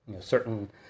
Certain